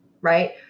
right